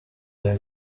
their